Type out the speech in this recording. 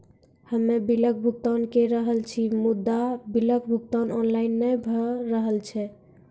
हम्मे बिलक भुगतान के रहल छी मुदा, बिलक भुगतान ऑनलाइन नै भऽ रहल छै?